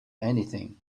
anything